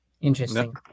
interesting